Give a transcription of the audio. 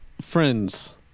friends